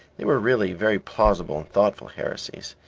they were really very plausible and thoughtful heresies,